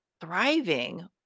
thriving